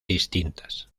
distintas